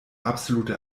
absolute